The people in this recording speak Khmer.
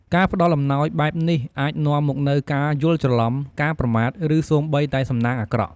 ការផ្តល់អំណោយបែបនេះអាចនាំមកនូវការយល់ច្រឡំ ការប្រមាថ ឬសូម្បីតែសំណាងអាក្រក់។